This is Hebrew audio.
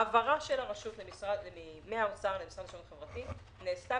העברה של הרשות מהאוצר למשרד לשוויון חברתי נעשתה